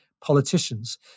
politicians